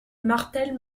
martels